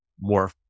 more